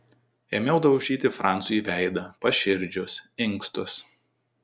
ėmiau daužyti francui į veidą paširdžius inkstus